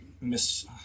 Miss